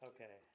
Okay